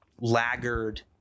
laggard